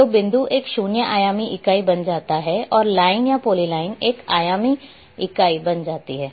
तो बिंदु एक शून्य आयामी इकाई बन जाता है और लाइन या पॉलीलाइन एक आयामी इकाई बन जाती है